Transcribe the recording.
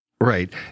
Right